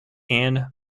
ann